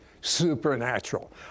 supernatural